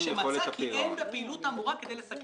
כשאני סבור ואתה אולי לא רואה,